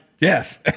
Yes